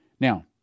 Now